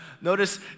Notice